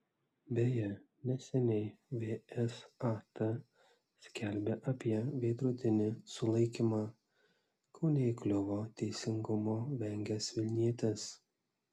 beje neseniai vsat skelbė apie veidrodinį sulaikymą kaune įkliuvo teisingumo vengęs vilnietis